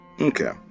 Okay